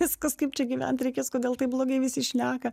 viskas kaip čia gyvent reikės kodėl taip blogai visi šneka